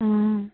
অ